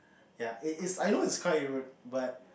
ya it it is I know is kinda rude but